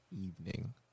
evening